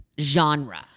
genre